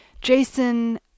Jason